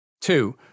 Two